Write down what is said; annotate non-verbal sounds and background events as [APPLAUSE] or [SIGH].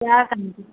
[UNINTELLIGIBLE]